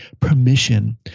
permission